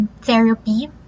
therapy